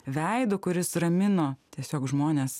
veidu kuris ramino tiesiog žmones